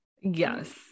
yes